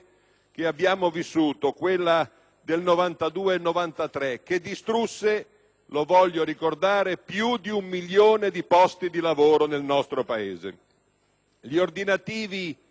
che abbiamo vissuto, quella del 1992-1993, che distrusse, lo voglio ricordare, più di un milione di posti di lavoro nel nostro Paese. Gli ordinativi